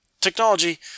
Technology